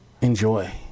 enjoy